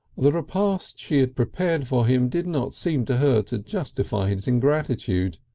the repast she had prepared for him did not seem to her to justify his ingratitude.